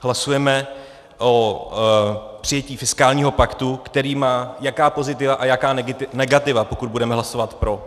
Hlasujeme o přijetí fiskálního paktu, který má jaká pozitiva a jaká negativa, pokud budeme hlasovat pro.